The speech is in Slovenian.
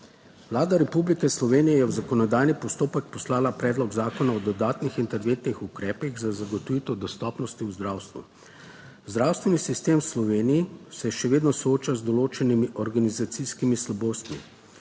Vlada Republike Slovenije je v zakonodajni postopek poslala Predlog zakona o dodatnih interventnih ukrepih za zagotovitev dostopnosti v zdravstvu. Zdravstveni sistem v Sloveniji se še vedno sooča z določenimi organizacijskimi slabostmi.